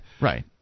Right